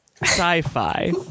sci-fi